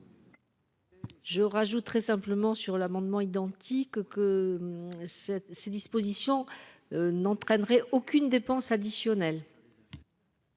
Je rajouterai simplement sur l'amendement identique que. Cette ces dispositions. N'entraînerait aucune dépense additionnelle.